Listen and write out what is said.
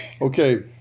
Okay